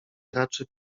raczy